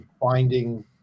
finding